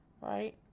right